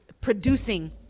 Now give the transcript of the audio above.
producing